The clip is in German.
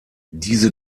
diese